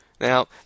Now